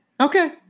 Okay